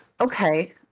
okay